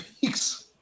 Peaks